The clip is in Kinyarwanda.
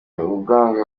urwango